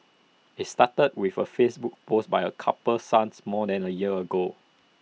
IT started with A Facebook post by A couple's son more than A year ago